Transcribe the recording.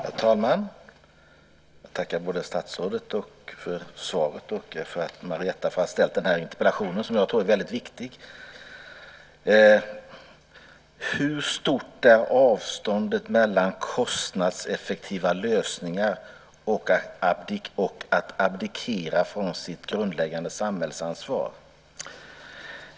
Herr talman! Jag tackar både statsrådet för svaret och Marietta för att hon har ställt den här interpellationen, som jag tror är väldigt viktig. Hur stort är avståndet mellan kostnadseffektiva lösningar och att abdikera från sitt grundläggande samhällsansvar?